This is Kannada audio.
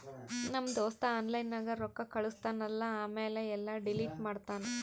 ನಮ್ ದೋಸ್ತ ಆನ್ಲೈನ್ ನಾಗ್ ರೊಕ್ಕಾ ಕಳುಸ್ತಾನ್ ಅಲ್ಲಾ ಆಮ್ಯಾಲ ಎಲ್ಲಾ ಡಿಲೀಟ್ ಮಾಡ್ತಾನ್